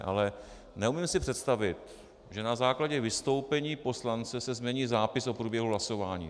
Ale neumím si představit, že na základě vystoupení poslance se změní zápis o průběhu hlasování.